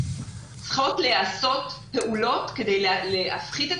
צריכות להיעשות פעולות כדי להפחית את